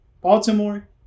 Baltimore